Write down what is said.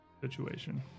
situation